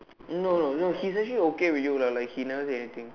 no no no he's actually okay with you lah like he never say anything